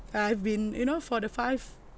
I have been you know for the five